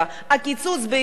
הקיצוץ בעיקר בא